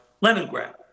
Leningrad